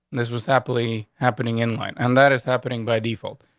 this was happily happening in line and that is happening by default.